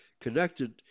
connected